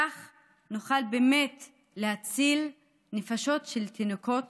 כך נוכל באמת להציל נפשות של תינוקות